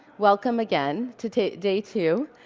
welcome, again, to to day two,